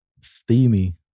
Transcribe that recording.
Steamy